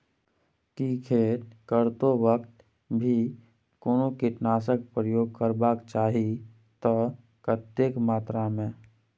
की खेत करैतो वक्त भी कोनो कीटनासक प्रयोग करबाक चाही त कतेक मात्रा में?